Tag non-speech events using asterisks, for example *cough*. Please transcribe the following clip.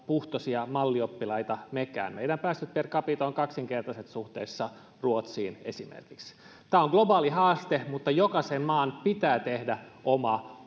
puhtoisia mallioppilaita mekään meidän päästömme per capita ovat kaksinkertaiset suhteessa ruotsiin esimerkiksi tämä on globaali haaste mutta jokaisen maan pitää tehdä oma *unintelligible*